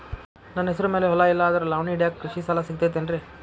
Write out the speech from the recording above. ನನ್ನ ಹೆಸರು ಮ್ಯಾಲೆ ಹೊಲಾ ಇಲ್ಲ ಆದ್ರ ಲಾವಣಿ ಹಿಡಿಯಾಕ್ ಕೃಷಿ ಸಾಲಾ ಸಿಗತೈತಿ ಏನ್ರಿ?